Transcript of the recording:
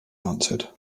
answered